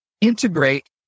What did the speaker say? integrate